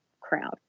crowd